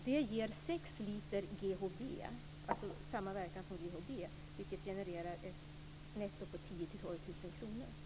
Det ger sex liter med samma verkan som GHB, vilket genererar ett netto på 10 000-12 000 kr.